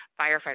firefighters